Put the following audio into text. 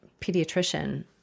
pediatrician